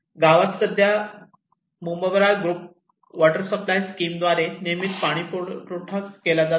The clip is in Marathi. गावात सध्या मुमवरा ग्रुप वॉटर सप्लाय स्कीम द्वारे नियमितपणे पाणीपुरवठा केला जातो